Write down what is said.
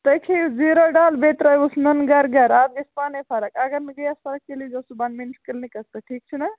تُہۍ کھیٚیِو زیٖرو ڈال بیٚیہِ ترٛاوۍہوٗس نُنہٕ گَرٕ گَرٕ اَتھ گژھِ پانَے فرق اَگر نہٕ گٔیَس فرق تیٚلہِ ییٖزیٚو صُبَحن مےٚ نِش کِلنِکَس پٮ۪ٹھ ٹھیٖک چھُناہ